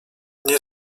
nie